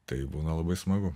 tai būna labai smagu